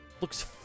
looks